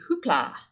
hoopla